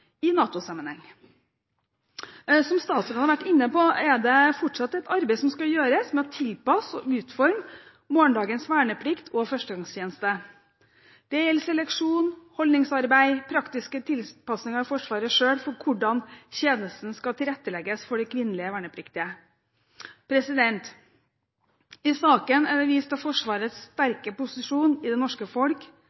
i NATO-sammenheng. Som statsråden har vært inne på, er det fortsatt et arbeid som skal gjøres med å tilpasse og utforme morgendagens verneplikt og førstegangstjeneste – det gjelder seleksjon, holdningsarbeid og praktiske tilpasninger i Forsvaret selv for hvordan tjenesten skal tilrettelegges for de kvinnelige vernepliktige. I saken er det vist til Forsvarets